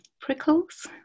prickles